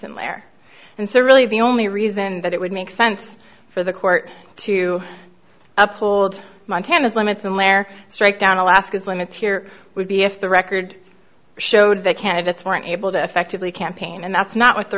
where and so really the only reason that it would make sense for the court to uphold montana's limits and lair straight down alaska's limits here would be if the record showed that candidates weren't able to effectively campaign and that's not what the